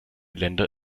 länder